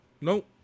nope